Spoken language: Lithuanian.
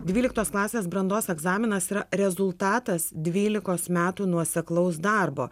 dvyliktos klasės brandos egzaminas yra rezultatas dvylikos metų nuoseklaus darbo